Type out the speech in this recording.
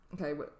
Okay